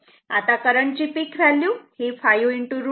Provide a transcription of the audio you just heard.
आता करंटची peak value 5 √ 2 7